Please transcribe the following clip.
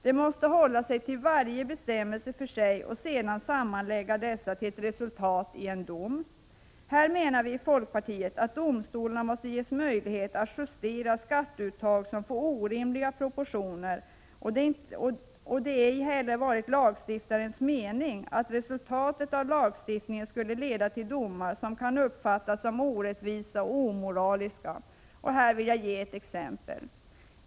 De måste hålla sig till varje bestämmelse för sig och sedan sammanlägga dessa till ett resultat i en dom. Vi menar i folkpartiet att domstolarna måste ges möjlighet att justera skatteuttag som får orimliga proportioner. Det har ej heller varit lagstiftarens mening att resultatet av lagstiftningen skulle bli domar som kan uppfattas som orättvisa och omoraliska. Här vill jag ge ett exempel.